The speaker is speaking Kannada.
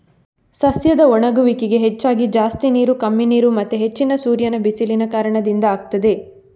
ಸಸ್ಯದ ಒಣಗುವಿಕೆಗೆ ಹೆಚ್ಚಾಗಿ ಜಾಸ್ತಿ ನೀರು, ಕಮ್ಮಿ ನೀರು ಮತ್ತೆ ಹೆಚ್ಚಿನ ಸೂರ್ಯನ ಬಿಸಿಲಿನ ಕಾರಣದಿಂದ ಆಗ್ತದೆ